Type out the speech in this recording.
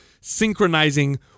synchronizing